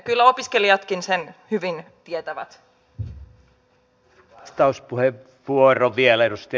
kyllä opiskelijatkin sen hyvin tietävät